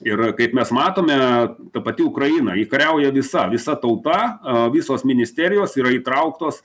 ir kaip mes matome ta pati ukraina ji kariauja visa visa tauta e visos ministerijos yra įtrauktos